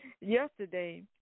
yesterday